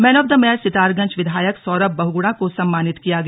man of the match Sitarganj विधायक सौरभ बहुगुणा को सम्मानित किया गया